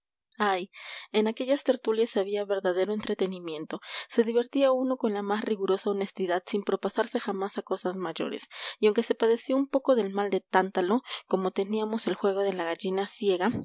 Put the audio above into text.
ay en aquellas tertulias había verdadero entretenimiento se divertía uno con la más rigurosa honestidad sin propasarse jamás a cosas mayores y aunque se padecía un poco del mal de tántalo como teníamos el juego de la gallina ciega